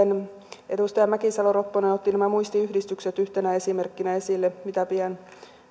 edustaja mäkisalo ropponen otti nämä muistiyhdistykset yhtenä esimerkkinä esille mitä pidän